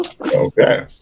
Okay